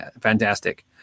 fantastic